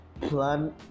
plan